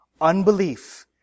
Unbelief